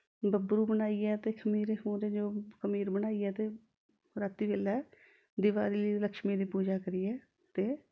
बब्बरू बनाइयै ते खमीरे खमूरे जो खमीर बनाइयै ते राती बेल्लै दिवाली लक्ष्मी दी पूजा करियै ते